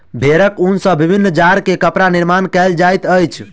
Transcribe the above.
भेड़क ऊन सॅ विभिन्न जाड़ के कपड़ा निर्माण कयल जाइत अछि